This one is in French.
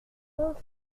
donc